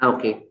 Okay